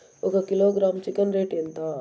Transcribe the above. ఒక kilogram chicken rate ఎంత?